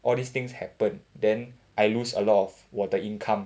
all these things happen then I lose a lot of 我的 income